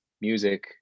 music